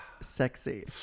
Sexy